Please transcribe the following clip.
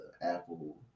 apple